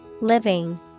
Living